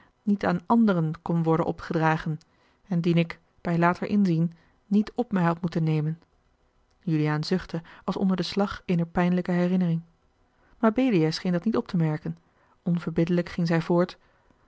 niet aan anderen kon worden opgedragen en dien ik bij later inzien niet op mij had moeten nemen juliaan zuchtte als onder den slag eener pijnlijke herinnering mabelia scheen dat niet op te merken onverbiddelijk ging zij voort